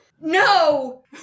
No